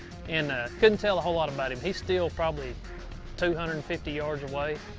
and ah couldn't tell a whole lot about him. he's still probably two hundred and fifty yards away,